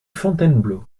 fontainebleau